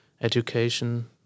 education